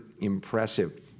impressive